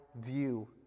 view